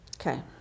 Okay